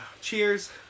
Cheers